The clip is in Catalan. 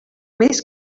mes